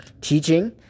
teaching